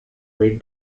with